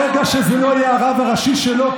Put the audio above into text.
ברגע שזה לא יהיה הרב הראשי שלו,